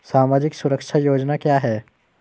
सामाजिक सुरक्षा योजना क्या है?